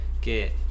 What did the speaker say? get